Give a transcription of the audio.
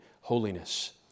holiness